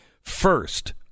First